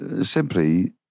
Simply